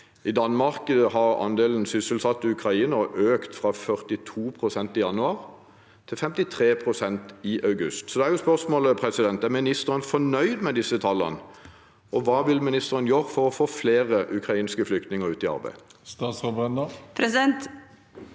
I Danmark har andelen sysselsatte ukrainere økt fra 42 pst. i januar til 53 pst. i august. Så da er spørsmålet: Er ministeren fornøyd med disse tallene, og hva vil ministeren gjøre for å få flere ukrainske flyktninger ut i arbeid? Statsråd Tonje Brenna